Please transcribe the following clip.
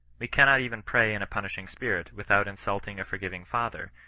we cannot even pray in a punishing spirit, without insulting a forgiving father,